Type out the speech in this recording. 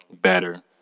better